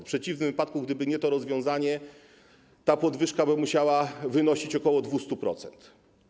W przeciwnym wypadku, gdyby nie to rozwiązanie, ta podwyżka musiałaby wynosić ok. 200%.